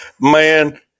Man